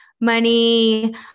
money